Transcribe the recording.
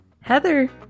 heather